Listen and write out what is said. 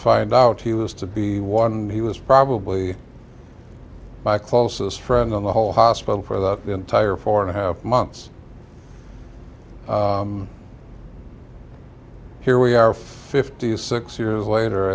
find out he was to be one he was probably my closest friend in the whole hospital for the entire four and a half months here we are fifty six years later